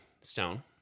Stone